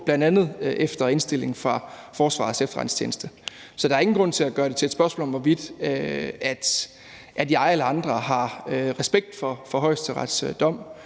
bl.a. efter indstilling fra Forsvarets Efterretningstjeneste. Så der er ingen grund til at gøre det til et spørgsmål om, hvorvidt jeg eller andre har respekt for Højesterets dom,